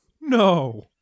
No